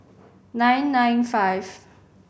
nine nine five